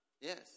Yes